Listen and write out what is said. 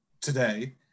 today